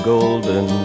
Golden